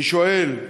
אני שואל: